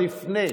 עוד לפני.